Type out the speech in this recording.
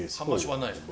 how much one night